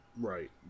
Right